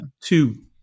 two